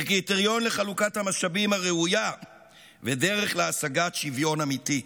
כקריטריון לחלוקת המשאבים הראויה ודרך להשגת שוויון אמיתי.